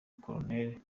koruneli